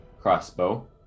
crossbow